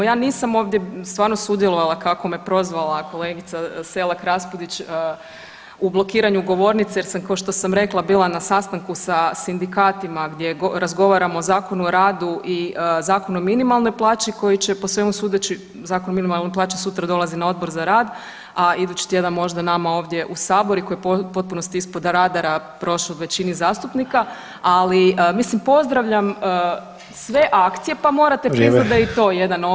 Ja nisam ovdje stvarno sudjelovala kako me prozvala kolegica Selak-Raspudić u blokiranju govornice, jer sam kao što sam rekla, bila na sastanku sa sindikatima gdje razgovaramo o Zakonu o radu i Zakonu o minimalnoj plaći koji će po svemu sudeći, Zakon o minimalnoj plaći sutra dolazi na Odbor za rad, a idući tjedan možda nama ovdje u Sabor i koji je u potpunosti ispod radara prošao većini zastupnika, ali pozdravljam sve akcije, pa morate priznati da je i to jedan oblik jel, ono, otpora.